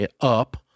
up